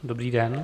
Dobrý den.